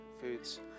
foods